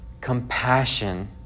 compassion